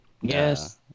yes